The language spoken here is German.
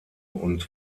und